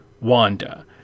Wanda